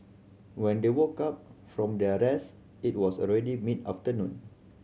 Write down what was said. when they woke up from their rest it was already mid afternoon